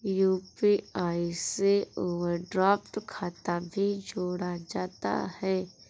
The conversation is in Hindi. यू.पी.आई से ओवरड्राफ्ट खाता भी जोड़ा जा सकता है